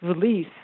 release